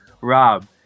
Rob